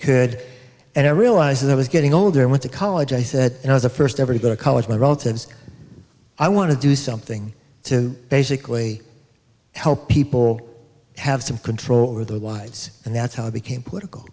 could and i realized i was getting older and went to college i said i was the first ever to go to college my relatives i want to do something to basically help people have some control over their wives and that's how i became political